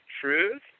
truth